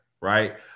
right